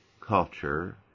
culture